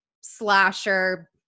slasher